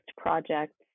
projects